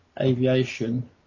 aviation